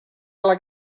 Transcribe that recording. alla